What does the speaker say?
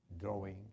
drawing